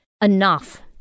enough